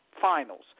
finals